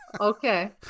Okay